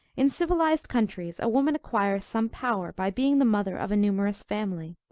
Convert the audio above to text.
in civilized countries a woman acquires some power by being the mother of a numerous family,